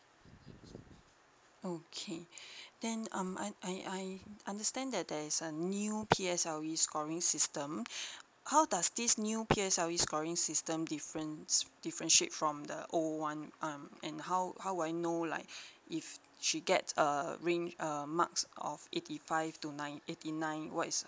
okay then um I I understand that there's a new P_S_L_E scoring system how does this new P_S_L_E scoring system different differentiate from the old one um and how how I know like if she get err range err marks of eighty five to nine eighty nine what's